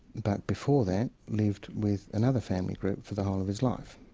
but before that, lived with another family group for the whole of his life.